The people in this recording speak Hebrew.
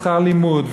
שכר לימוד,